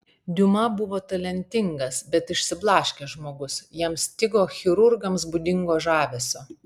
diuma buvo talentingas bet išsiblaškęs žmogus jam stigo chirurgams būdingo žavesio